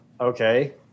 Okay